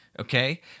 okay